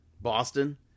Boston